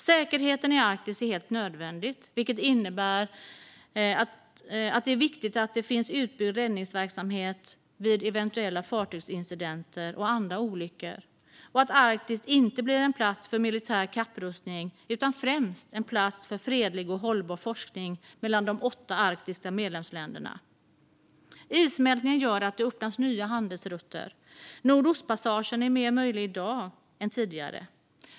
Säkerheten i Arktis är helt nödvändig, vilket innebär att det är viktigt att det finns utbyggd räddningsverksamhet vid eventuella fartygsincidenter och andra olyckor och att Arktis inte blir en plats för militär kapprustning utan främst en plats för fredlig och hållbar forskning mellan de åtta arktiska medlemsländerna. Issmältningen gör att det öppnas nya handelsrutter. Nordostpassagen är mer möjlig i dag än tidigare.